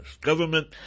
government